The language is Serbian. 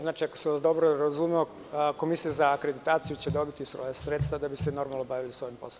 Znači, ako sam vas dobro razumeo Komisija za akreditaciju će dobiti svoja sredstva da bi se normalno bavili svojim poslom.